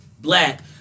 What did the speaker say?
black